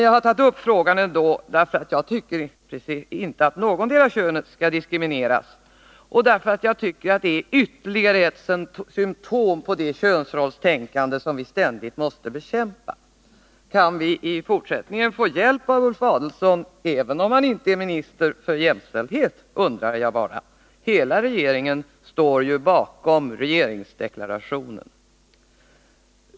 Jag har tagit upp den här frågan ändå, därför att jag inte tycker att någotdera könet skall diskrimineras och därför att jag tycker att bestämmelsen är ytterligare ett symtom på det könsrollstänkande som vi ständigt måste bekämpa. Kan vi i fortsättningen få hjälp av Ulf Adelsohn, även om han inte är minister för jämställdhet? Hela regeringen står ju bakom regeringsdeklarationen.